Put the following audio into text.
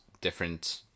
different